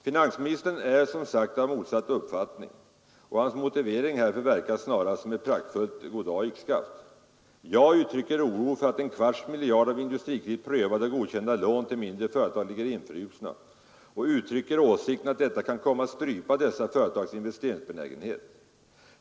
Finansministern är som sagt av motsatt uppfattning, och hans motivering härför verkar snarast som ett praktfullt goddag yxskaft. Jag uttrycker oro för att en kvarts miljard av Industrikredit prövade och godkända lån till mindre företag ligger infrusna och uttrycker åsikten att detta kan komma att strypa dessa företags investeringsbenägenhet.